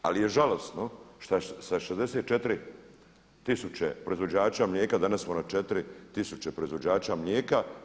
Ali je žalosno šta sa 64000 proizvođača mlijeka danas smo na 4000 proizvođača mlijeka.